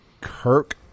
Kirk